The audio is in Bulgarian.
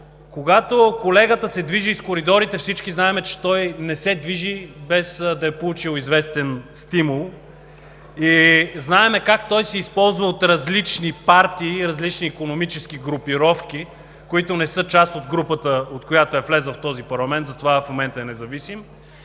когато колегата се движи из коридорите, всички знаем, че той не се движи, без да е получил известен стимул. Знаем как той се използва от различни партии и различни икономически групировки, които не са част от групата, от която е влязъл в този парламент, затова в момента е независим,